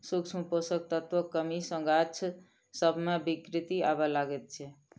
सूक्ष्म पोषक तत्वक कमी सॅ गाछ सभ मे विकृति आबय लागैत छै